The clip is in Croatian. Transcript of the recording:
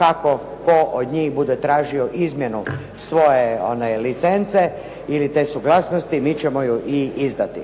kako tko od njih bude tražio izmjenu svoje licence ili te suglasnosti mi ćemo ju i izdati.